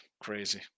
crazy